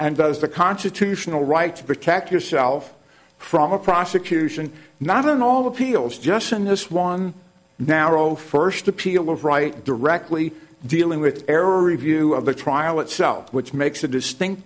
and does the constitutional right to protect yourself from a prosecution not in all appeals just in this one narrow first appeal of right directly dealing with air or review of the trial itself which makes a distinct